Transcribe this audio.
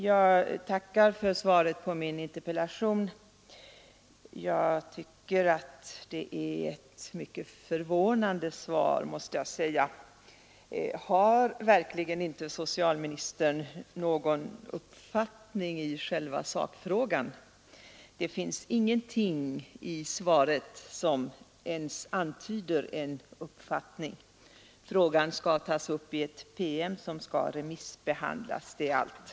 Jag tackar för svaret på min interpellation, men jag måste säga att det Nr 139 är ett mycket förvånande svar. Har verkligen inte socialministern någon Fredagen den uppfattning i själva sakfrågan? Det finns ingenting i svaret som ens 23 november 1973 antyder en uppfattning. Frågan skall tas upp i en PM som skall remissbehandlas. Det är allt.